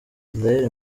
israel